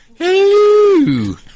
Hello